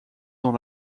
dans